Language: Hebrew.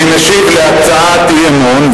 אני משיב על הצעת אי-אמון,